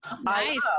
Nice